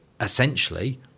essentially